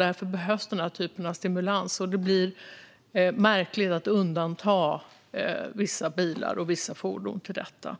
Därför behövs denna typ av stimulans. Det blir märkligt att undanta vissa bilar och vissa fordon från detta.